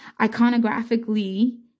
iconographically